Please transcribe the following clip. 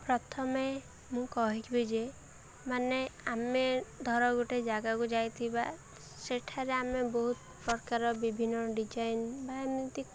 ପ୍ରଥମେ ମୁଁ କହିିବି ଯେ ମାନେ ଆମେ ଧର ଗୋଟେ ଜାଗାକୁ ଯାଇଥିବା ସେଠାରେ ଆମେ ବହୁତ ପ୍ରକାର ବିଭିନ୍ନ ଡିଜାଇନ୍ ବା ଏମିତି